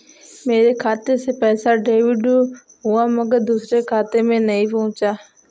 मेरे खाते से पैसा डेबिट हुआ मगर दूसरे खाते में नहीं पंहुचा